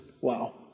wow